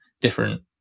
different